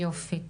יופי.